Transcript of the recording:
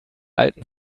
alten